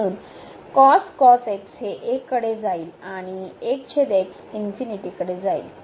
म्हणून हे 1 कडे जाईल कडे जाईल